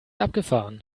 abgefahren